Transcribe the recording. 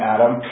Adam